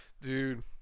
Dude